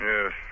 Yes